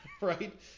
right